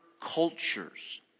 cultures